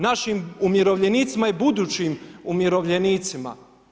Našim umirovljenicima i budućim umirovljenicima.